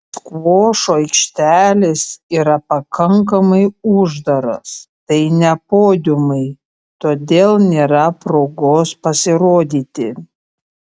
skvošo aikštelės yra pakankamai uždaros tai ne podiumai todėl nėra progos pasirodyti